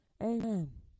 amen